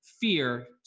fear